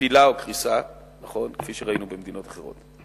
נפילה או קריסה, נכון, כפי שראינו במדינות אחרות.